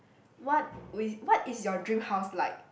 what wi~ what is your dream house like